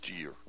year